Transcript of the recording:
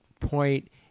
point